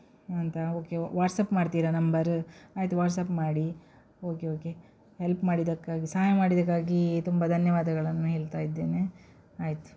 ಅಂತ okay WhatsApp ಮಾಡ್ತೀರ ನಂಬರ ಆಯ್ತು ವಾಟ್ಸಪ್ ಮಾಡಿ ಓಕೆ ಓಕೆ ಹೆಲ್ಪ್ ಮಾಡಿದ್ದಕ್ಕಾಗಿ ಸಹಾಯ ಮಾಡಿದ್ದಕ್ಕಾಗಿ ತುಂಬ ಧನ್ಯವಾದಗಳನ್ನು ಹೇಳ್ತಾ ಇದ್ದೇನೆ ಆಯಿತು